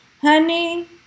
Honey